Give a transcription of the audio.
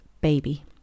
Baby